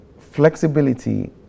flexibility